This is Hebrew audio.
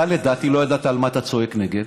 לדעתי לא ידעת על מה אתה צועק נגד,